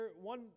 one